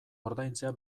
ordaintzea